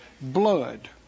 blood